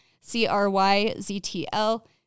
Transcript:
C-R-Y-Z-T-L